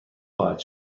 خواهد